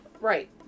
Right